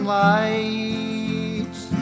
lights